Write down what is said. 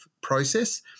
process